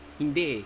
hindi